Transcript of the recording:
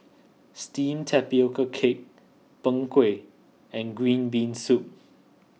Steamed Tapioca Cake Png Kueh and Green Bean Soup